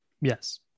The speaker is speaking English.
Yes